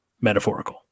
Metaphorical